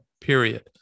period